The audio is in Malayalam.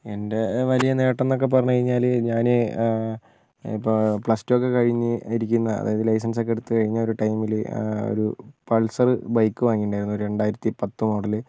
എന്റെ വലിയ നേട്ടം എന്നൊക്കെ പറഞ്ഞു കഴിഞ്ഞാൽ ഞാൻ ഇപ്പോൾ പ്ലസ്ടു ഒക്കെ കഴിഞ്ഞ് ഇരിക്കുന്ന അതായത് ലൈസൻസ് ഒക്കെ എടുത്തു കഴിഞ്ഞ ഒരു ടൈമിൽ ഒരു പൾസർ ബൈക്ക് വാങ്ങിയിട്ടുണ്ടായിരുന്നു ഒരു രണ്ടായിരത്തി പത്ത് മോഡൽ